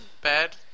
bad